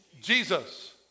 Jesus